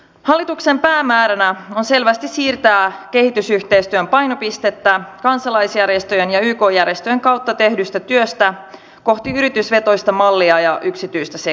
hallituksen päämääränä on selvästi siirtää kehitysyhteistyön painopistettä kansalaisjärjestöjen ja yk järjestöjen kautta tehdystä työstä kohti yritysvetoista mallia ja yksityistä sektoria